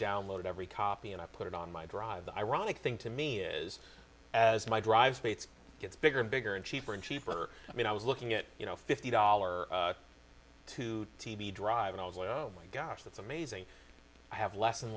downloaded every copy and i put it on my drive the ironic thing to me is as my dr bates gets bigger and bigger and cheaper and cheaper i mean i was looking at you know fifty dollars to t v drive and i was like oh my gosh that's amazing i have less and